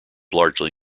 largely